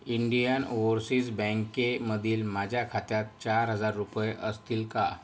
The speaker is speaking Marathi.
इंडियन ओव्हरसीज बँकेमधील माझ्या खात्यात चार हजार रुपये असतील का